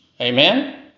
Amen